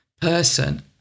person